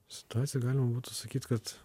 situacija galima būtų sakyt kad